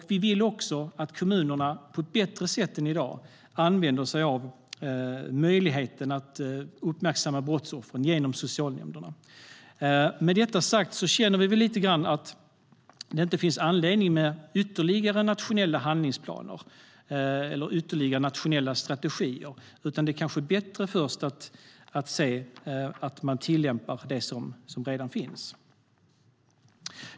Vi vill också att kommunerna på ett bättre sätt än i dag använder sig av möjligheten att uppmärksamma brottsoffren genom socialnämnderna. Med detta sagt känner vi lite grann att det inte finns anledning att ha ytterligare nationella handlingsplaner eller nationella strategier. Det kanske är bättre att först se till att man tillämpar det som redan finns.